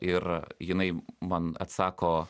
ir jinai man atsako